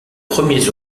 premiers